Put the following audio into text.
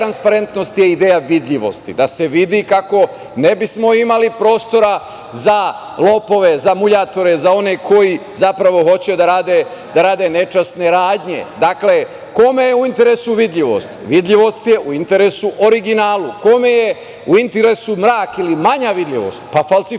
transparentnosti je ideja vidljivosti, da se vidi kako ne bismo imali prostora za lopove, za muljatore, za one koji zapravo hoće da rade nečasne radnje. Dakle, kome je u interesu vidljivost? Vidljivost je u interesu originalu. Kome je u interesu mrak ili manja vidljivost? Pa, falsifikatu.